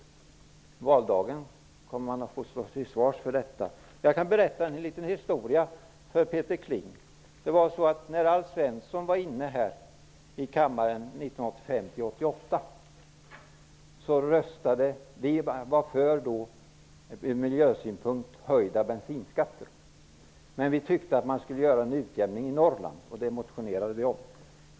På valdagen kommer ni att få stå till svars för detta. Jag kan berätta en liten historia för Peter Kling. När Alf Svensson var invald i riksdagen 1985--1988 var vi i kds ur miljösynpunkt för höjda bensinskatter, men vi tyckte att man skulle göra en utjämning i Norrland, och det motionerade vi om.